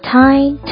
time